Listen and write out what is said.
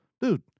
Dude